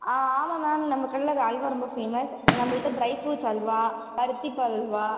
ஆ ஆமாம் மேம் நம்ம கடையில் அல்வா ரொம்ப ஃபேமஸ் நம்மள்ட்ட ட்ரை ஃப்ரூட்ஸ் அல்வா பருத்தி பால் அல்வா